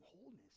wholeness